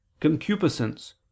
concupiscence